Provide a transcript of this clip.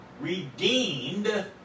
redeemed